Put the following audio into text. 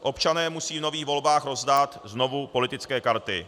Občané musí v nových volbách rozdat znovu politické karty.